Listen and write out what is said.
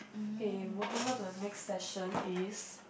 K moving on to the next session is